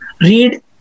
read